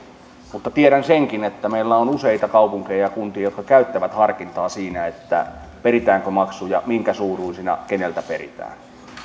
mutta tiedän senkin että meillä on useita kaupunkeja ja kuntia jotka käyttävät harkintaa siinä että peritäänkö maksuja tai minkä suuruisina ja keneltä peritään